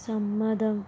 സമ്മതം